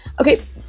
Okay